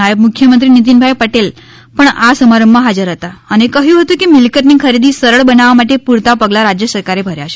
નાયબ મુખ્યમંત્રી નિતિનભાઈ પટેલ પણ આ સમારંભ માં હાજર હતા અને કહ્યું હતું કે મિલકતની ખરીદી સરળ બનાવવા માટે પૂરતા પગલાં રાજ્ય સરકારે ભર્યા છે